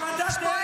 --- השמדת ערך.